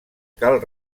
cal